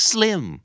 Slim